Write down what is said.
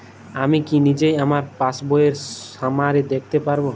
আমি কি নিজেই আমার পাসবইয়ের সামারি দেখতে পারব?